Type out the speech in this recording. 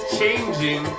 changing